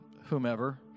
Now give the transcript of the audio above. whomever